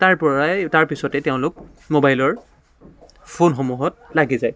তাৰ পৰাই তাৰপিছতে তেওঁলোক মোবাইলৰ ফোনসমূহত লাগি যায়